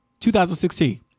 2016